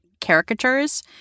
caricatures